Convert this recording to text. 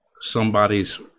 somebody's